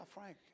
Frank